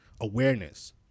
awareness